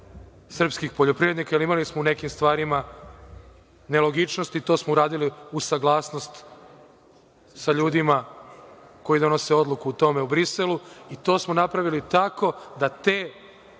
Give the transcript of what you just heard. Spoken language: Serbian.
srpskih poljoprivrednika. Imali smo u nekim stvarima nelogičnosti. To smo uradili uz saglasnost sa ljudima koji donose odluku o tome u Briselu i to smo napravili tako da te,